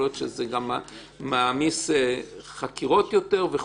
להיות שזה גם מעמיס יותר חקירות וכולי.